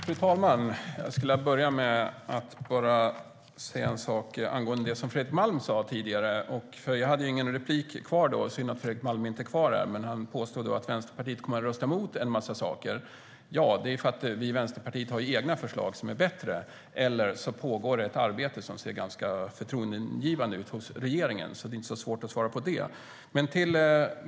Fru talman! Jag skulle vilja börja med att säga en sak angående det som Fredrik Malm sa tidigare eftersom jag inte hade någon replik kvar då. Det är synd att inte Fredrik Malm är kvar här. Han påstod alltså att Vänsterpartiet kommer att rösta emot en massa saker, och det är ju för att vi i Vänsterpartiet har egna förslag som är bättre eller så pågår det ett arbete i regeringen som ser ganska förtroendeingivande ut. Det är alltså inte så svårt att svara på detta.